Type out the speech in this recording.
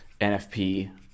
NFP